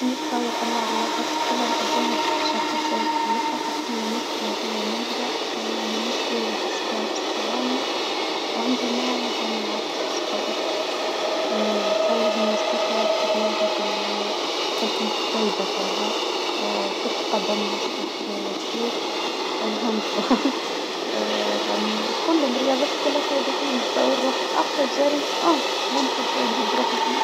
نتصور انواع الرياضات كلها نأديها بشكل سيء للاخر ومانيش رياضية ماهرة ومانيس ماهرة فى صبا بصفة عامة. وعندي مدة ما لعبتش صبا قرب اصور جيمناستيك ايه اكتر رياضة كنت خايبة فيها. اه كرة القدم نفس الحكاية الفوت الهاند بال رمى كلهم رياضات كلها خايبة فيهم تصاور روحي الجرى ممكن شوية نقد روحي فيا.